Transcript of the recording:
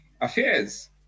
Affairs